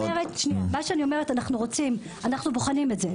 אנחנו בוחנים את זה,